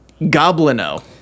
goblino